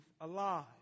alive